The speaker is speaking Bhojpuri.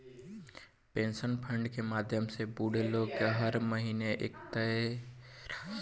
पेंशन फंड के माध्यम से बूढ़ लोग के हरेक महीना एगो तय राशि दीहल जाला